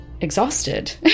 exhausted